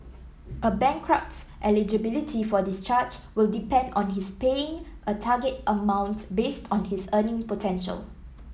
a bankrupt's eligibility for discharge will depend on his paying a target amount based on his earning potential